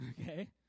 okay